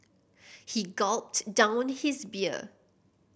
he gulped down his beer